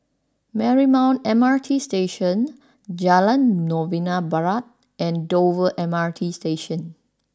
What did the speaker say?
Marymount M R T Station Jalan Novena Barat and Dover M R T Station